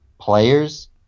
players